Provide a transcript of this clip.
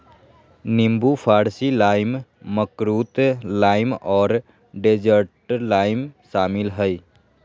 नींबू फारसी lime, makrut lime और डेजर्ट लाइम शामिल हइ